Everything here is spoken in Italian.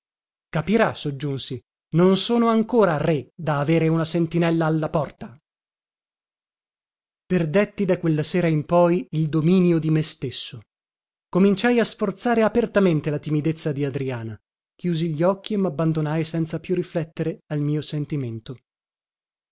capirà soggiunsi non sono ancora re da avere una sentinella alla porta perdetti da quella sera in poi il dominio di me stesso cominciai a sforzare apertamente la timidezza di adriana chiusi gli occhi e mabbandonai senza più riflettere al mio sentimento